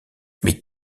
mais